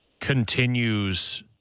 continues